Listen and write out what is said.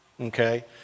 Okay